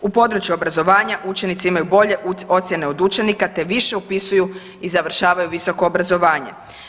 U području obrazovanja učenice imaju bolje ocjene od učenika i više upisuju i završavaju visoko obrazovanje.